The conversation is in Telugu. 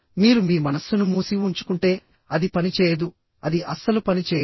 మీరు మీ మనస్సును మూసి ఉంచుకుంటే అది పనిచేయదు అది అస్సలు పని చేయదు